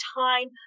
time